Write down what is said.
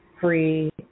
free